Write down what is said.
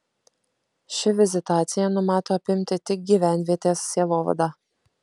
ši vizitacija numato apimti tik gyvenvietės sielovadą